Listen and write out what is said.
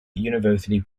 university